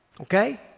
okay